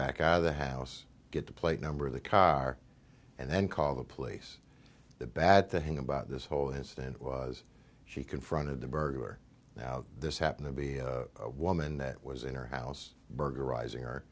back out of the house get the plate number of the car and then call the police the bad to hang about this whole incident was she confronted the burglar now this happened to be a woman that was in her house burglarizing her